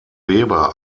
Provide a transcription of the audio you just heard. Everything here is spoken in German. weber